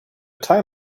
time